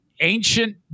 ancient